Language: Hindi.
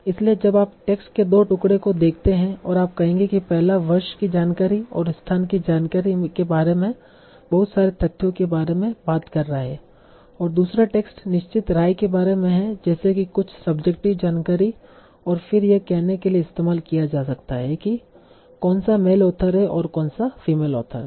इसलिए जब आप टेक्स्ट के दो टुकड़ों को देखते हैं और आप कहेंगे कि पहला वर्ष की जानकारी और स्थान की जानकारी के बारे में बहुत सारे तथ्यों के बारे में बात कर रहा है और दूसरा टेक्स्ट निश्चित राय के बारे में है जैसे की कुछ सब्जेक्टिव जानकारी और फिर यह कहने के लिए इस्तेमाल किया जा सकता है कि कौनसा मेल ऑथर है और कौनसा फीमेल ऑथर है